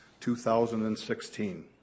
2016